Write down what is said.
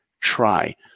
try